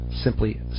simply